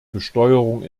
besteuerung